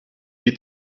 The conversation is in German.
wie